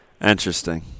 Interesting